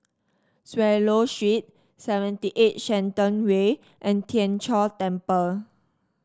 Swallow Street seventy eight Shenton Way and Tien Chor Temple